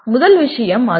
முதல் விஷயம் அது